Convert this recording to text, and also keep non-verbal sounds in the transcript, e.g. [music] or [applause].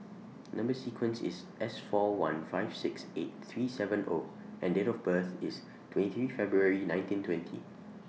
Number sequence IS S four one five six eight three seven O and Date of birth IS twenty February nineteen twenty [noise]